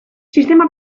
sistema